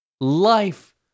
life